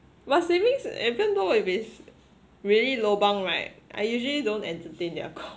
but savings even though if it's really lobang right I usually don't entertain their call